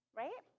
right